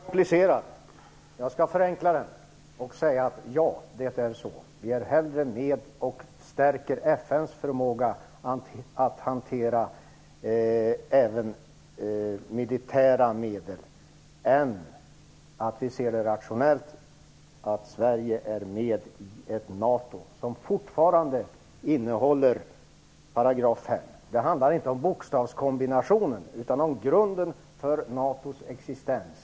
Fru talman! Den sista frågan är komplicerad. Jag skall förenkla den och svara ja. Det är så. Vi är hellre med och stärker FN:s förmåga att hantera även militära medel än medverkar till att Sverige kommer med i ett NATO som fortfarande omfattas av § 5. Det handlar inte om bokstavskombinationen utan om grunden för NATO:s existens.